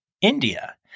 India